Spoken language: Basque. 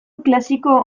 klasiko